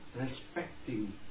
respecting